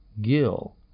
Gill